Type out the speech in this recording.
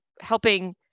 helping